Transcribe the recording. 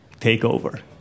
takeover